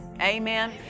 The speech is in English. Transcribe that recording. Amen